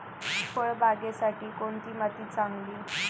फळबागेसाठी कोणती माती चांगली?